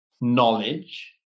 knowledge